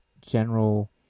general